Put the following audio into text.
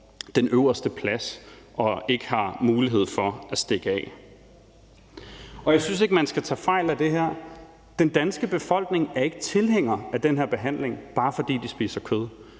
den øverste plads og ikke har mulighed for at stikke af. Jeg synes ikke, at man skal tage fejl af det her. Den danske befolkning er ikke tilhænger af den her behandling, bare fordi de spiser kød.